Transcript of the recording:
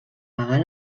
pagar